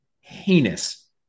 heinous